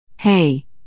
Hey